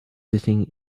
sitting